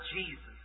Jesus